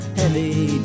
heavy